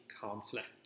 conflict